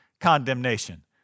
condemnation